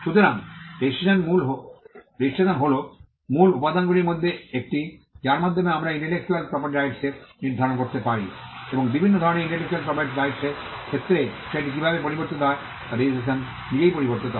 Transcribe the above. সুতরাং রেজিস্ট্রেশন হল মূল উপাদানগুলির মধ্যে একটি যার মাধ্যমে আমরা ইন্টেলেকচুয়াল প্রপার্টি রাইটস এর নির্ধারণ করতে পারি এবং বিভিন্ন ধরণের ইন্টেলেকচুয়াল প্রপার্টি রাইটস এর ক্ষেত্রে বিষয়টি কীভাবে পরিবর্তিত হয় তার রেজিস্ট্রেশন নিজেই পরিবর্তিত হয়